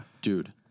Dude